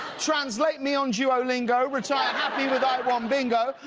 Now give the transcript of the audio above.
translate me on duolingo, retire happy with i won bingo,